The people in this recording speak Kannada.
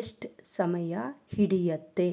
ಎಷ್ಟು ಸಮಯ ಹಿಡಿಯುತ್ತೆ